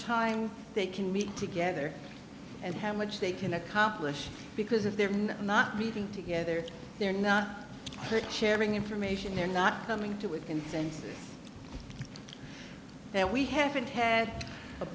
time they can meet together and how much they can accomplish because if they're not meeting together they're not sharing information they're not coming to a sense that we haven't had a